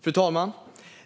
Fru talman!